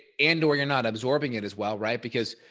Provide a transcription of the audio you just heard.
and or you're not absorbing it as well right because